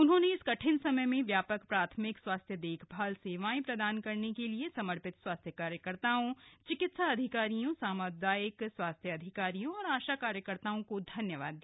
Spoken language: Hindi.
उन्होंने इस कठिन समय में व्यापक प्राथमिक स्वास्थ्य देखभाल सेवाएं प्रदान करने के लिए समर्पित स्वास्थ्य कार्यकर्ताओं चिकित्सा अधिकारियों सामुदायिक स्वास्थ्य अधिकारियों और आशा कार्यकर्ताओं को धन्यवाद दिया